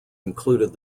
included